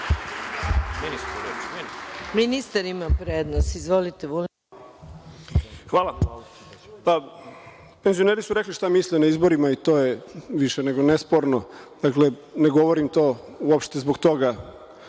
Ministar ima prednost. Izvolite. **Aleksandar Vulin** Penzioneri su rekli šta misle na izborima i to je više nego nesporno. Ne govorim to uopšte zbog toga